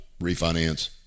refinance